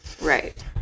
Right